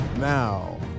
Now